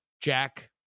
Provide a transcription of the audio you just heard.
Jack